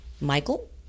Michael